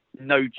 no